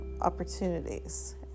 opportunities